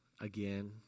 again